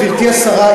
גברתי השרה,